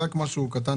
רק רוצה לצטט